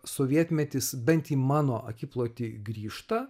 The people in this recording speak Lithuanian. sovietmetis bent į mano akiplotį grįžta